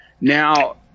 Now